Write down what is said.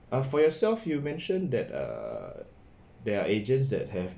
ah for yourself you mention that err there are agents that have